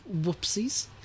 Whoopsies